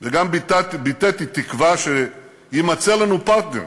וגם ביטאתי תקווה שיימצא לנו פרטנר,